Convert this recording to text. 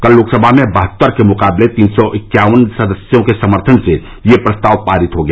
कल लोकसभा में बहत्तर के मुकाबले तीन सौ इक्यावन सदस्यों के समर्थन से ये प्रस्ताव पारित हो गया